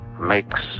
makes